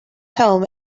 home